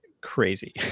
crazy